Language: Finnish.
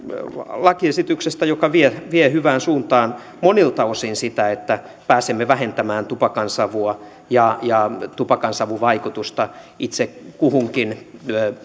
lakiesityksestä joka vie sinänsä hyvään suuntaan monilta osin sitä että pääsemme vähentämään tupakansavua ja ja tupakansavun vaikutusta itse kuhunkin